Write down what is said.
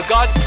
God